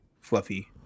fluffy